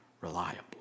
reliable